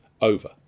over